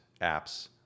apps